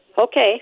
Okay